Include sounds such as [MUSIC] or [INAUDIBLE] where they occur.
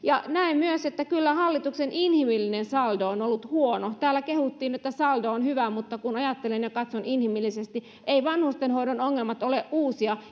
näen myös että kyllä hallituksen inhimillinen saldo on ollut huono täällä kehuttiin että saldo on hyvä mutta kun ajattelen ja katson inhimillisesti eivät vanhustenhoidon ongelmat ole uusia [UNINTELLIGIBLE]